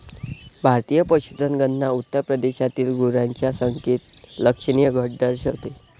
भारतीय पशुधन गणना उत्तर प्रदेशातील गुरांच्या संख्येत लक्षणीय घट दर्शवते